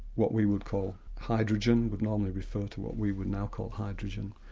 what we would call hydrogen, would normally refer to what we would now call hydrogen,